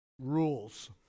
Rules